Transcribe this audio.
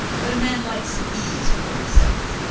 but a man likes some ease for himself.